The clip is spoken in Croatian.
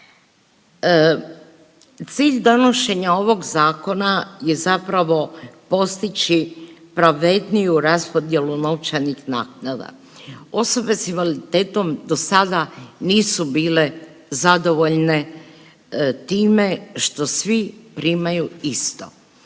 Cilj donošenja ovog zakona je zapravo postići pravedniju raspodjelu novčanih naknada. Osobe s invaliditetom dosada nisu bile zadovoljne time što svi primaju isto.